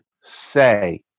say